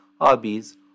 hobbies